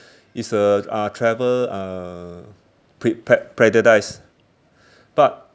is a uh travel uh pre~ pra~ paradise but